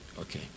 Okay